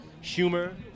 humor